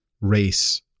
race